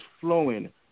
flowing